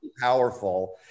powerful